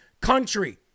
country